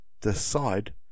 decide